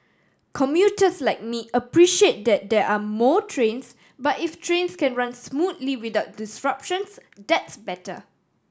commuters like me appreciate that there are more trains but if trains can run smoothly without disruptions that's better